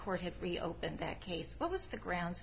court had reopened that case what was the ground